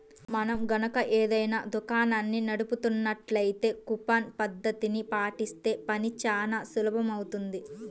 మనం గనక ఏదైనా దుకాణాన్ని నడుపుతున్నట్లయితే కూపన్ పద్ధతిని పాటిస్తే పని చానా సులువవుతుంది